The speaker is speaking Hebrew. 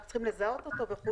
אנחנו רוצים לזהות אותו וכולי.